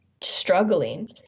struggling